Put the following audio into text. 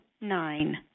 nine